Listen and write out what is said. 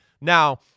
Now